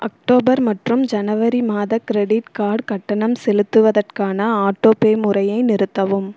October மற்றும் ஜனவரி மாத கிரெடிட் கார்டு கட்டணம் செலுத்துவதற்கான ஆட்டோபே முறையை நிறுத்தவும்